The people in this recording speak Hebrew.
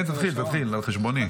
כן, תתחיל, על חשבוני.